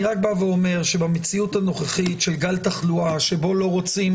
אני רק בא ואומר שבמציאות הנוכחית של גל תחלואה שבו לא רוצים